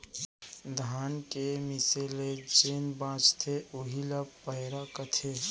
धान के मीसे ले जेन बॉंचथे उही ल पैरा कथें